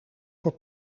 voor